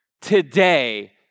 today